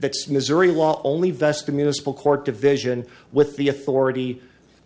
that's missouri law only vested municipal court division with the authority